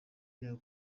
ryayo